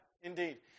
indeed